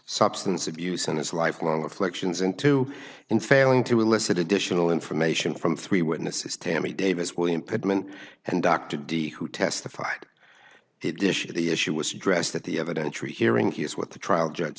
substance abuse and his lifelong afflictions and two in failing to elicit additional information from three witnesses tammy davis william pittman and dr di who testified it issue the issue was addressed at the evidence rehearing he is what the trial judge